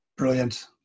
Brilliant